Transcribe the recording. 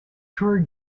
tour